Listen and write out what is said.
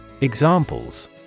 Examples